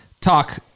talk